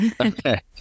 Okay